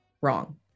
Wrong